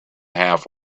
half